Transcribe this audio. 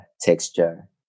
texture